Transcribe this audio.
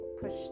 push